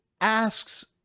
asks